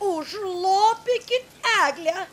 užlopykit eglę